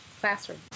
classroom